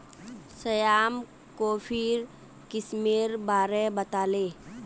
श्याम कॉफीर किस्मेर बारे बताले